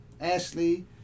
Ashley